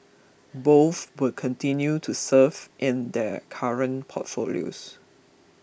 both will continue to serve in their current portfolios